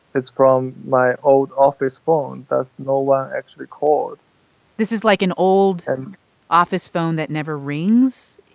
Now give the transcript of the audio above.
it's from my old office phone that no one actually called this is, like, an old and office phone that never rings?